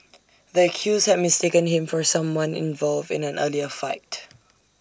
the accused had mistaken him for someone involved in an earlier fight